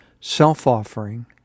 self-offering